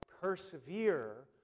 persevere